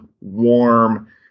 warm